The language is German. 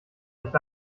nicht